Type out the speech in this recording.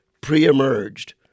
pre-emerged